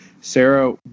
Sarah